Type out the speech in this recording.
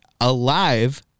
Alive